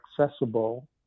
accessible